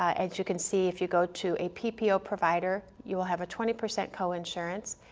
as you can see, if you go to a ppo provider you will have a twenty percent coinsurance,